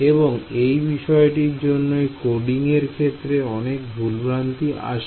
এবং এই বিষয়টির জন্যই কোডিং এর ক্ষেত্রে অনেক ভুল ভ্রান্তি আসে